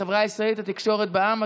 החברה הישראלית לתקשורת בע"מ),